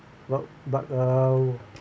what but I'll